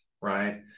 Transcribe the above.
Right